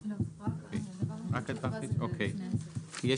53 עד 65. מי בעד?